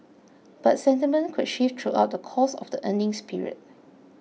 but sentiment could shift throughout the course of the earnings period